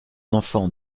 enfant